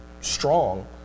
Strong